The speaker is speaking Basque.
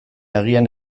agian